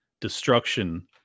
destruction